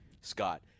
Scott